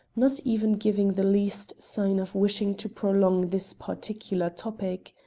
not even giving the least sign of wishing to prolong this particular topic.